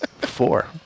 four